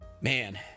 man